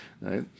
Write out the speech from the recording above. right